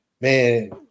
man